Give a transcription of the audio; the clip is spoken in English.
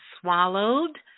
swallowed